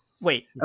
Wait